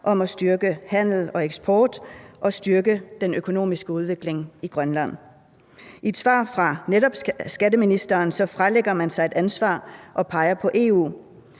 om at styrke handel og eksport og styrke den økonomiske udvikling i Grønland. I et svar fra netop skatteministeren fralægger man sig ansvaret og peger på EU.